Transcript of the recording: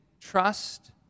trust